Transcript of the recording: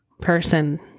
person